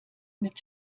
mit